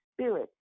Spirit